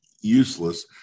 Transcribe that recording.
useless